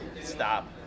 stop